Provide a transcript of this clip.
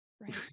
Right